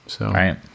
Right